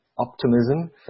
optimism